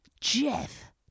Jeff